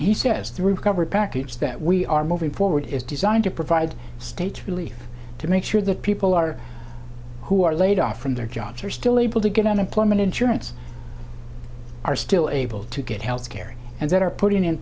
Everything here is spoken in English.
he says through cover package that we are moving forward is designed to provide states relief to make sure that people are who are laid off from their jobs are still able to get unemployment insurance are still able to get health care and that are putting in